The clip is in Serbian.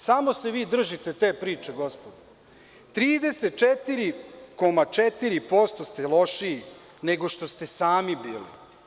Samo se vi držite te priče, gospodo, a 34,4% ste lošiji nego što sami bili.